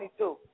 22